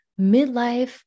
midlife